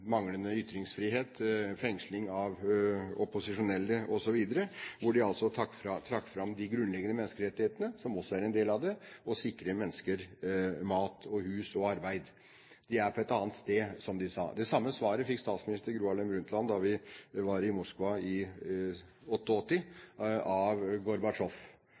manglende ytringsfrihet, fengsling av opposisjonelle osv., at de altså trakk fram de grunnleggende menneskerettighetene, som også omfatter det å sikre mennesker mat, hus og arbeid. De er på et annet sted, som de sa. Det samme svaret fikk statsminister Gro Harlem Brundtland da vi var i Moskva i 1988 – av